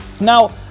Now